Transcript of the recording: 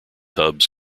hubs